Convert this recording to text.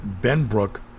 Benbrook